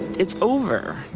it's over.